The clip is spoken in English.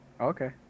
okay